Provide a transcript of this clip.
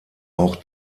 auch